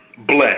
Bless